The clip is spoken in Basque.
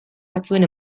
batzuen